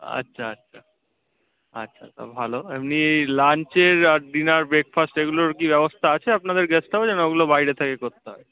আচ্ছা আচ্ছা আচ্ছা তা ভালো এমনি লাঞ্চের আর ডিনার ব্রেকফাস্ট এগুলোর কি ব্যবস্থা আছে আপনাদের গেস্ট হাউসে না ওগুলো বাইরে থেকে করতে হবে